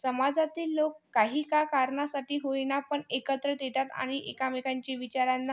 समाजातील लोक काही का कारणासाठी होईना पण एकत्रित येतात आणि एकामेकांचे विचारांना